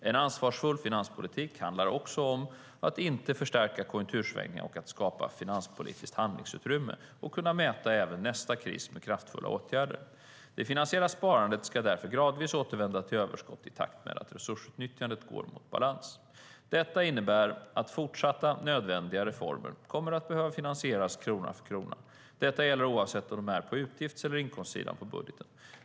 En ansvarsfull finanspolitik handlar också om att inte förstärka konjunktursvängningarna och att skapa finanspolitiskt handlingsutrymme att kunna möta även nästa kris med kraftfulla åtgärder. Det finansiella sparandet ska därför gradvis återvända till överskott i takt med att resursutnyttjandet går mot balans. Detta innebär att fortsatta nödvändiga reformer kommer att behöva finansieras krona för krona. Detta gäller oavsett om de är på utgifts eller inkomstsidan av budgeten.